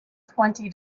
twenty